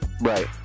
Right